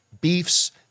beefs